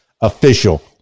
Official